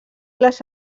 les